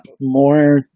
more